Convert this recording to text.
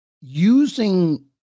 using